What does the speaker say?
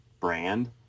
brand